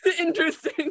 Interesting